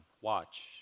watch